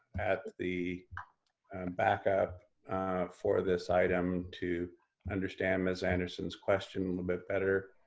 at the backup for this item to understand miss anderson's question a little bit better.